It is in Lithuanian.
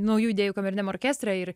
naujų idėjų kameriniam orkestre ir